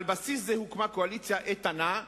על בסיס זה הוקמה קואליציה איתנה,